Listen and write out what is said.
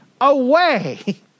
away